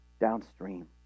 downstream